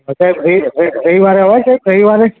તો સાહેબ રવિ રવિવારે અવાશે રવિવારે